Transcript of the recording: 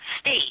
state